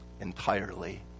entirely